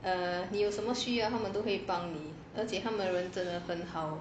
err 你有什么需要他们都会帮你而且他们的人真的很好